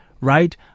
right